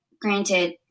granted